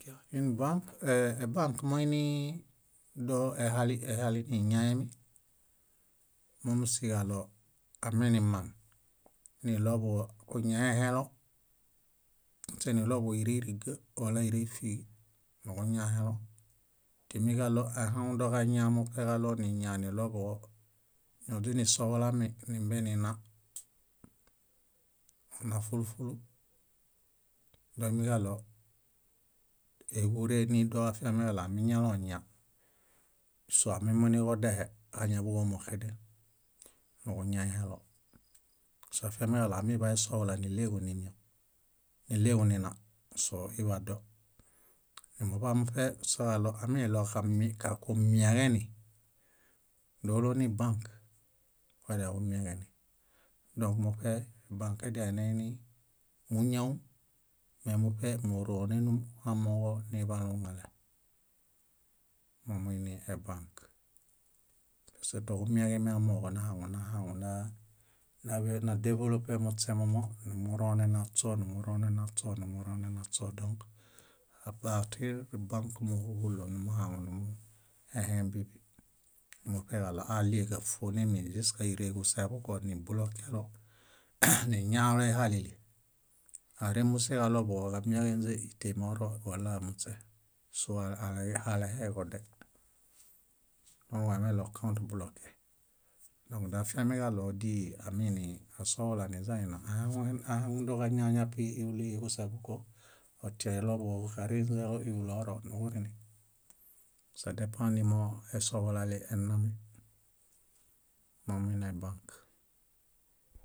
. Unbãk ebãk moinidoehali ihaliniñaemi. Mómusiġaɭo aminimaŋ, niɭoḃuġo kuñaihelo muśeniɭoḃuġo éreiriġa wala íreifiġi, niġuñahelo. Timiġaɭo aihaŋudoġaña muṗe niñaniɭoḃuġo ñoźinisohulami nimbenina, ona fúlu fúlu doimiġaɭo éġure nidoafiamiġaɭo amiñaloñia soamimiġodehe, áñamoḃuġoexeden niġuñaihelo. Soafiamiġaɭo aminiḃaesohula níɭeġu nimiaw, níɭeġu nina soiḃado. Nimuḃamuṗe soġaɭo amiɭoġa- ku- kumiaġeni dólo nibãk, kuediaġumiaġeni. Dõk muṗe bãk edialeneini múñaum memuṗe muronenum amooġo nibaluŋale, momuiniebãk. Pask toġumiaġemi amooġo nahaŋu nahaŋuna náḃe- nádevolope muśemomo numuronenaśoo, numuronenaśoo, numuronenaśoo dõk apartir bãk múhuhulo numuhaŋunumuehẽ bíḃi. Muṗeġaɭo aɭie káfuone min ĵuska íreġuse ṗoko niblokelo, niñaloihalili, aremuseġaɭoḃuġo kamiaġeinźe íteme oro walamuśe, sóo aleheġode moġomeɭo kõt bloke. Dõk doafiamiġaɭo díi aminiasohulaniźanina ahaŋue- ahaŋudoġaña ñapi íuliġuse ṗoko atianiɭoḃuġoġuxarinźelo íuli oro niġurini. Sadepã nimoesohulali. Mominiebãk.